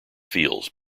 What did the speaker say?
fields